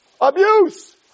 Abuse